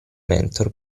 mentor